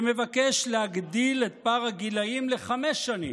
שמבקש להגדיל את פער הגילים לחמש שנים.